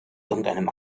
irgendeinem